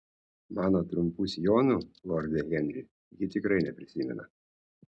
mano trumpų sijonų lorde henri ji tikrai neprisimena